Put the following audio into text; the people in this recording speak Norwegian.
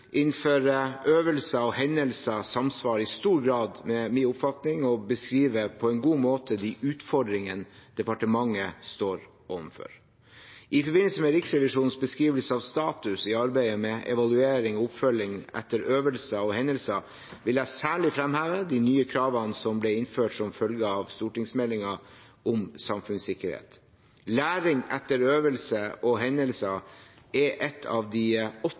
innenfor øvelser og hendelser samsvarer i stor grad med min oppfatning og beskriver på en god måte utfordringene departementet står overfor. I forbindelse med Riksrevisjonens beskrivelse av status i arbeidet med evaluering og oppfølging etter øvelser og hendelser vil jeg særlig fremheve de nye kravene som ble innført som følge av stortingsmeldingen om samfunnssikkerhet. Læring etter øvelser og hendelser er ett av de åtte